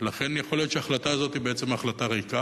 לכן יכול להיות שההחלטה הזאת היא בעצם החלטה ריקה,